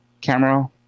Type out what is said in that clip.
Camera